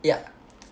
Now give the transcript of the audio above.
yup